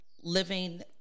living